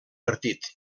partit